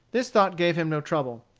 this thought gave him no trouble.